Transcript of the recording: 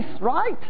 right